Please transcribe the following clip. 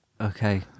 Okay